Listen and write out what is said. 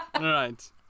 Right